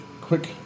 quick